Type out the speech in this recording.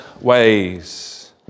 ways